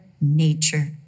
nature